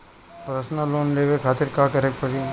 Personal loan लेवे खातिर का करे के पड़ी?